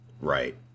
Right